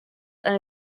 eine